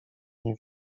nie